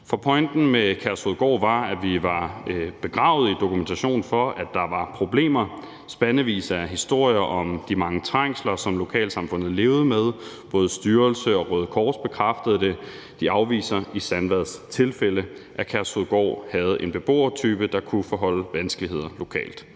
pointen med Kærshovedgård var, at vi var begravet i dokumentation for, at der var problemer, og spandevis af historier om de mange trængsler, som lokalsamfundet levede med, som både styrelse og Røde Kors bekræftede. Det afviser de i Sandvads tilfælde. Kærshovedgård havde en beboertype, der kunne forvolde vanskeligheder lokalt.